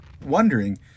Wondering